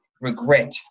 regret